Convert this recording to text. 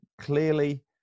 clearly